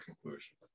conclusion